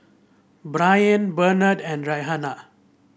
Briana Benard and Rhianna